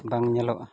ᱵᱟᱝ ᱧᱮᱞᱚᱜᱼᱟ